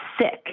sick